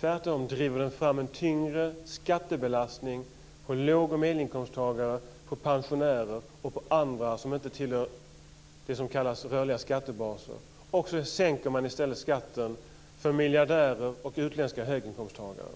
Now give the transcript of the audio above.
Tvärtom driver den fram en tyngre skattebelastning på låg och medelinkomsttagare, på pensionärer och andra som inte hör till vad som kallas rörliga skattebaser. I stället sänker man skatten för miljardärer och utländska höginkomsttagare.